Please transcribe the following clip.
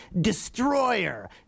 Destroyer